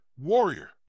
warrior